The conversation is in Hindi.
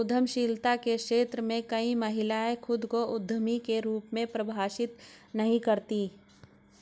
उद्यमशीलता के क्षेत्र में कई महिलाएं खुद को उद्यमी के रूप में परिभाषित नहीं करती